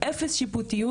אפס שיפוטיות,